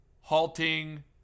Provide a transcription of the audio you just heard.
halting